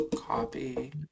copy